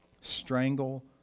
strangle